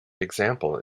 example